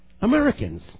Americans